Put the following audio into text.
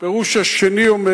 הפירוש השני אומר